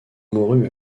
mourut